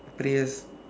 prayers